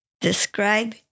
Describe